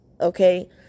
okay